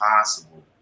possible